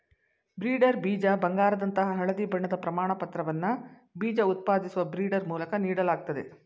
breeder ಬೀಜ ಬಂಗಾರದಂತಹ ಹಳದಿ ಬಣ್ಣದ ಪ್ರಮಾಣಪತ್ರವನ್ನ ಬೀಜ ಉತ್ಪಾದಿಸುವ ಬ್ರೀಡರ್ ಮೂಲಕ ನೀಡಲಾಗ್ತದೆ